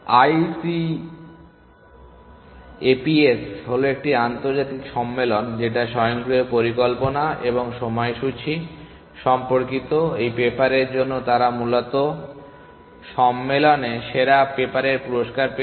ICAPS হল একটি আন্তর্জাতিক সম্মেলন যেটা স্বয়ংক্রিয় পরিকল্পনা এবং সময়সূচী সম্পর্কিত এবং এই পেপারের জন্য তারা মূলত সম্মেলনে সেরা পেপারের পুরস্কার পেয়েছে